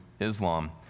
Islam